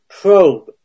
probe